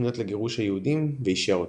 בתוכנית לגירוש היהודים ואישר אותה.